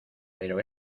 pero